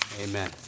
Amen